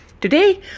Today